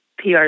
PR